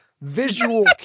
visual